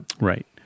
right